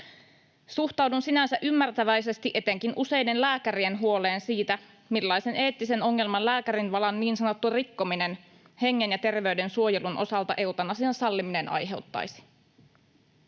Suhtaudun sinänsä ymmärtäväisesti etenkin useiden lääkärien huoleen siitä, millaisen eettisen ongelman lääkärinvalan niin sanottu rikkominen hengen ja terveyden suojelun osalta, eutanasian salliminen, aiheuttaisi.